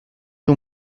two